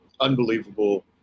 unbelievable